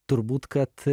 turbūt kad